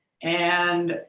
and